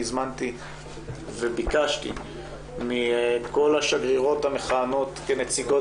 הזמנתי וביקשתי מכל השגרירות המכהנות כנציגות